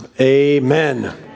amen